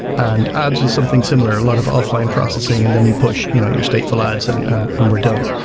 and ads was something similar, a lot of off-line processing and then you push you know your stateful ads and and um we're done.